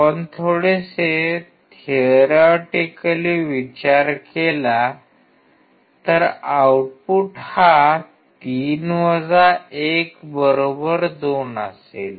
आपण थोडेसे थेरिओटिकली विचार केला तर आउटपुट हा 3 1 2 असेल